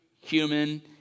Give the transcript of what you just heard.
human